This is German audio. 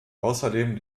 außerdem